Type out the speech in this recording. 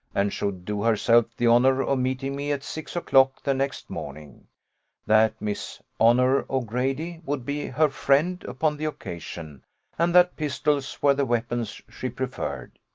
and should do herself the honour of meeting me at six o'clock the next morning that miss honour o'grady would be her friend upon the occasion and that pistols were the weapons she preferred.